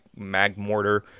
Magmortar